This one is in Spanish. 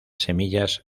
semillas